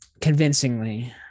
convincingly